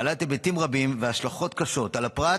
בעלת היבטים רבים והשלכות קשות על הפרט,